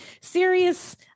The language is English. serious